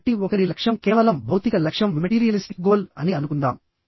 కాబట్టి ఒకరి లక్ష్యం కేవలం భౌతిక లక్ష్యం అని అనుకుందాం